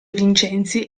vincenzi